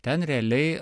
ten realiai